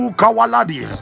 kawaladi